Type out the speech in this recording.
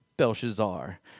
Belshazzar